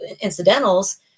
incidentals